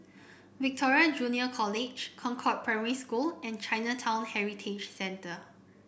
Victoria Junior College Concord Primary School and Chinatown Heritage Centre